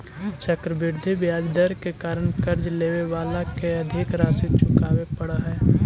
चक्रवृद्धि ब्याज दर के कारण कर्ज लेवे वाला के अधिक राशि चुकावे पड़ऽ हई